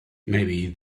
maybe